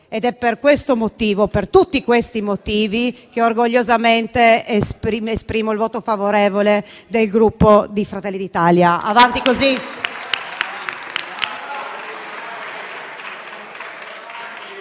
È per questo motivo, per tutti questi motivi, che orgogliosamente esprimo il voto favorevole del Gruppo Fratelli d'Italia.